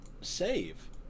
save